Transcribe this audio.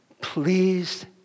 pleased